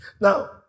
Now